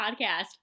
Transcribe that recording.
podcast